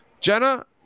Jenna